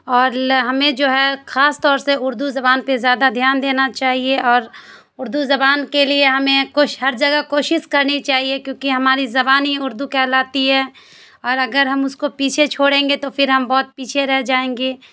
اور لہ ہمیں جو ہے خاص طور سے اردو زبان پہ زیادہ دھیان دینا چاہیے اور اردو زبان کے لیے ہمیں کچھ ہر جگہ کوشش کرنی چاہیے کیونکہ ہماری زبان ہی اردو کہلاتی ہے اور اگر ہم اس کو پیچھے چھوڑیں گے تو پھر ہم بہت پیچھے رہ جائیں گے